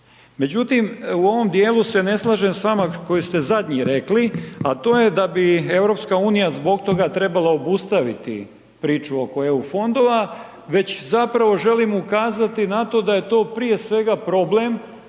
Međutim, u ovom dijelu se ne slažem s vama koji ste zadnji rekli, a to je da bi EU zbog toga trebala obustaviti priču oko EU fondova već zapravo želim ukazati na to da je to prije svega problem